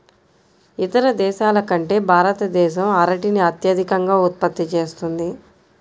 ఇతర దేశాల కంటే భారతదేశం అరటిని అత్యధికంగా ఉత్పత్తి చేస్తుంది